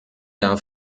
jahr